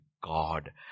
God